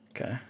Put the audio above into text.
Okay